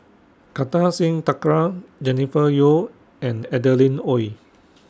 Kartar Singh Thakral Jennifer Yeo and Adeline Ooi